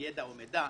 ידע או מידע.